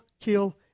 kill